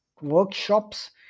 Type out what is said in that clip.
workshops